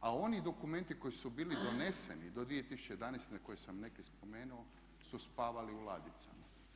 a oni dokumenti koji su bili doneseni do 2011.na koje sam neke spomenuo su spavali u ladicama.